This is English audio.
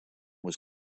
was